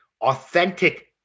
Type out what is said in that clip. authentic